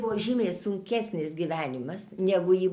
buvo žymiai sunkesnis gyvenimas negu ji